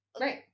Right